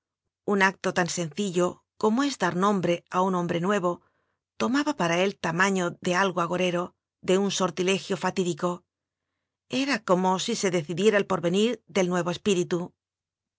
un acto tan sencillo como es dar nombre a un hombre nuevo tomaba para él tamaño de algo ago rero de un sortilegio fatídico era como si se decidiera el porvenir del nuevo espíritu